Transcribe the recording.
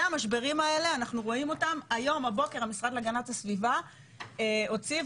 הבוקר המשרד להגנת הסביבה הוציא,